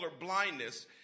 colorblindness